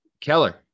Keller